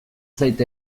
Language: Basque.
zait